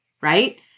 right